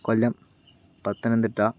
Kollam Pathanamthitta